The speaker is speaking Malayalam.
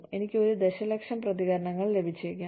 എനിക്ക് 1 ദശലക്ഷം പ്രതികരണങ്ങൾ ലഭിച്ചേക്കാം